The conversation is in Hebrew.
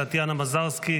טטיאנה מזרסקי,